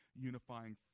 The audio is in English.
unifying